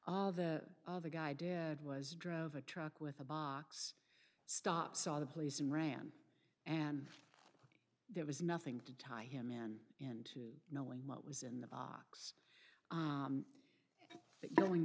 the guy dead was drove a truck with a box stop saw the police and ran and there was nothing to tie him in into knowing what was in the box that going